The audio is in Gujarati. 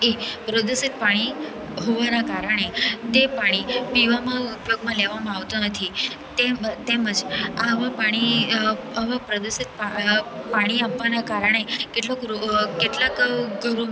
એ પ્રદૂષિત પાણી હોવાનાં કારણે તે પાણી પીવામાં ઉપયોગમાં લેવામાં આવતું નથી તેમ તેમજ આવાં પાણી આવાં પ્રદૂષિત પાણી આપવાનાં કારણે કેટલોક કેટલાંક ઘરોમાં